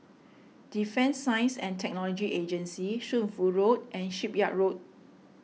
Defence Science and Technology Agency Shunfu Road and Shipyard Road